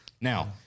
Now